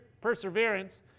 perseverance